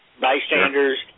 bystanders